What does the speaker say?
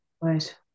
Right